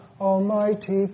almighty